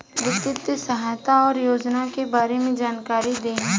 वित्तीय सहायता और योजना के बारे में जानकारी देही?